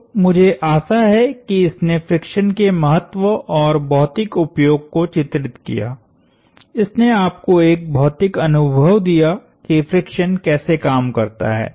तो मुझे आशा है कि इसने फ्रिक्शन के महत्व और भौतिक उपयोग को चित्रित किया इसने आपको एक भौतिक अनुभव दिया कि फ्रिक्शन कैसे काम करता है